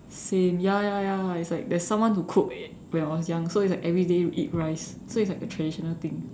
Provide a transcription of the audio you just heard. same ya ya ya it's like there's someone to cook when I was young so is like everyday we eat rice so it's like a traditional thing